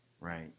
right